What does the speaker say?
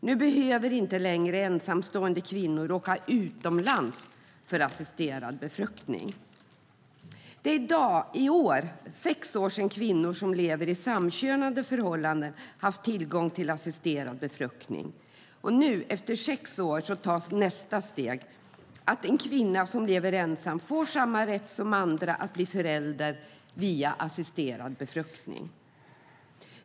Nu behöver inte längre ensamstående kvinnor åka utomlands för en assisterad befruktning. Det är i år sex år sedan kvinnor som lever i samkönade förhållanden fick tillgång till assisterad befruktning. Nu efter sex år tas nästa steg. En kvinna som lever ensam får samma rätt som andra att bli förälder via assisterad befruktning.